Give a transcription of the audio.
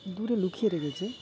দূরে লুকিয়ে রেখেছে